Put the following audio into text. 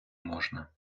можна